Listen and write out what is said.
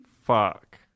Fuck